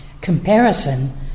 comparison